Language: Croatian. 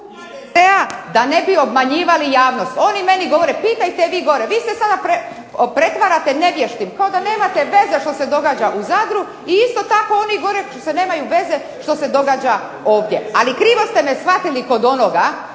da ne bi obmanjivali javnost. Oni meni govore pitajte vi gore. Vi se sada pretvarate nevještim, kao da nemate veze što se događa u Zadru i isto tako oni gore što se nemaju veze što se događa ovdje. Ali krivo ste me shvatili kod onoga,